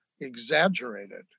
exaggerated